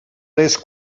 les